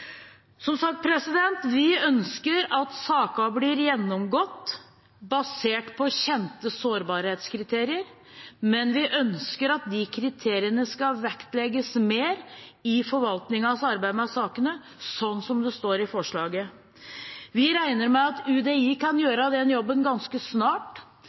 Vi ønsker som sagt at sakene blir gjennomgått basert på kjente sårbarhetskriterier, men vi ønsker at de kriteriene skal vektlegges mer i forvaltningens arbeid med sakene, sånn som det står i forslaget. Vi regner med at UDI kan gjøre den jobben ganske snart,